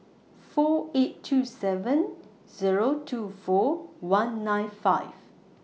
four eight two seven Zero two four one nine five